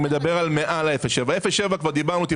אני מדבר על עסקים שהם בין 7 ל-40